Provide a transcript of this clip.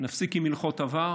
נפסיק עם הלכות עבר